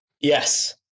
Yes